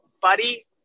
buddy